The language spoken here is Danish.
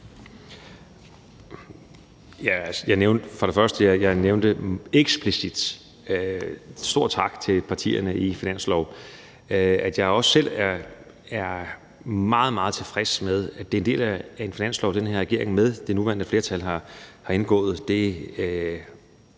nævnte jeg eksplicit en stor tak til partierne bag finansloven. At jeg også selv er meget, meget tilfreds med, at det er en del af en finanslov, som den her regering med det nuværende flertal har indgået,